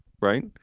right